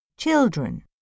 Children